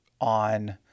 on